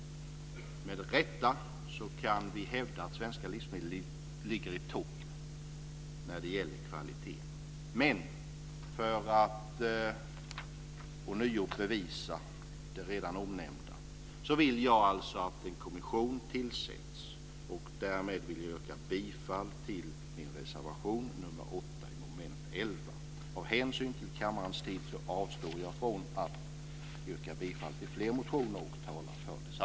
Med rätta kan vi hävda att svenska livsmedel ligger i topp när det gäller kvaliteten, men för att ånyo bevisa det omnämnda vill jag alltså att en kommission tillsätts. Därmed yrkar jag bifall till min reservation nr 8 under mom. 11. Av hänsyn till kammarens tid avstår jag från att tala för och yrka bifall till fler av motionerna.